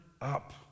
up